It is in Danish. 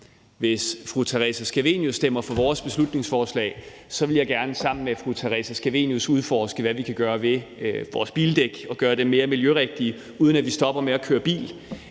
Hvis fru Theresa Scavenius stemmer for vores beslutningsforslag, vil jeg gerne sammen med fru Theresa Scavenius udforske, hvad vi kan gøre ved vores bildæk og gøre dem mere miljørigtige, uden at vi stopper med at køre bil,